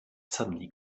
suddenly